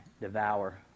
devour